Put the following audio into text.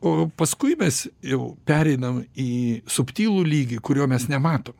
o paskui mes jau pereinam į subtilų lygį kurio mes nematom